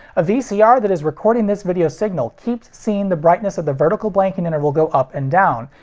a vcr that is recording this video signal keeps seeing the brightness of the vertical blanking interval go up and down,